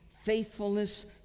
Faithfulness